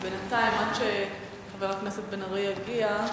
בינתיים, עד שחבר הכנסת בן-ארי יגיע,